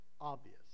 obvious